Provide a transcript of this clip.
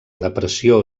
depressió